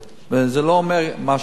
זה לא אומר מה העלות.